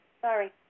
Sorry